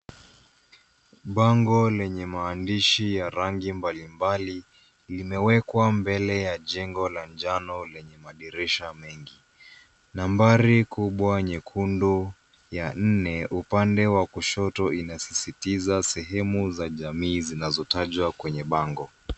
Bango lenye maandishi ya rangi mbalimbali imewekwa mbele ya jengo la njano lenye madirisha mengi. Nambari kubwa nyekundu ya nne upande wa kushoto inasisitiza sehemu za jamii zinazotajwa kwenye bango.